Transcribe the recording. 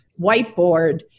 whiteboard